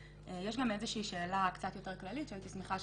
יש גם איזושהי שאלה קצת יותר כללית שהייתי שמחה,